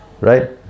right